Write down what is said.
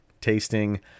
tasting